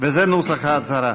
וזה נוסח ההצהרה: